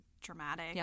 dramatic